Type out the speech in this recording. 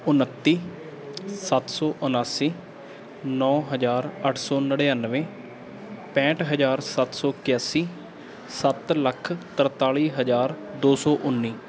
ਉਣੱਤੀ ਸੱਤ ਸੌ ਉਨਾਸੀ ਨੌਂ ਹਜ਼ਾਰ ਅੱਠ ਸੌ ਨੜਿਨਵੇਂ ਪੈਂਹਠ ਹਜ਼ਾਰ ਸੱਤ ਸੌ ਇਕਾਸੀ ਸੱਤ ਲੱਖ ਤਰਤਾਲੀ ਹਜ਼ਾਰ ਦੋ ਸੌ ਉੱਨੀ